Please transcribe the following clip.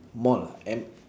mall ah M